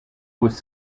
was